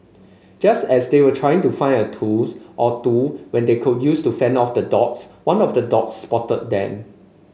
just as they were trying to find a tools or two when they could use to fend off the dogs one of the dogs spotted them